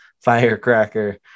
firecracker